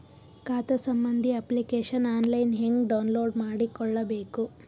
ಖಾತಾ ಸಂಬಂಧಿ application online ಹೆಂಗ್ ಡೌನ್ಲೋಡ್ ಮಾಡಿಕೊಳ್ಳಬೇಕು?